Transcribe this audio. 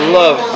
love